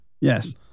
Yes